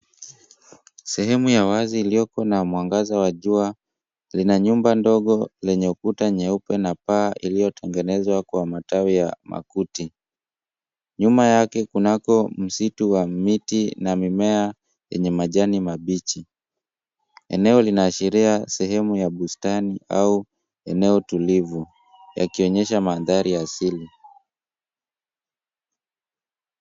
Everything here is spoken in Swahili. Sehemu ya wazi iliyoko na mwangaza wa jua, lina nyumba ndogo lenye ukuta nyeupe na paa iliyotengenezwa kwa matawi ya makuti. Nyuma yake kunako msitu wa miti na mimea yenye majani mabichi. Eneo linaashiria sehemu ya bustani au eneo tulivu, yakionyesha mandhari ya asili.